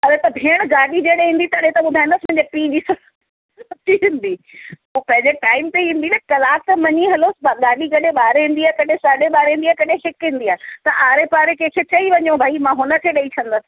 अड़े त भेण गाॾी जॾहिं ईंदी तॾहिं त ॿुधाईंदसि मुंहिंजे पीउ जी सां थोरी ईंदी पंहिंजे टाइम ते ईंदी न कलाकु त मञी हलो गाॾी कॾहिं ॿारहें ईंदी आहे कॾहिं साढे ॿारहें ईंदी आहे कॾहिं हिकु ईंदी आहे त आड़े पाड़े कंहिं खे चई वञो भाई मां हुन खे ॾेई छॾींदुसि